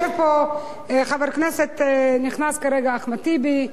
נכנס כרגע אחמד טיבי,